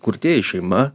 kurtieji šeima